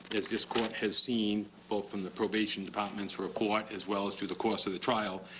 as this court has seen, both from the probation department's report, as well as through the course of the trial,